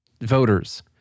voters